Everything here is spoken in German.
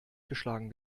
geschlagen